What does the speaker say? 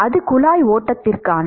அது குழாய் ஓட்டத்திற்காக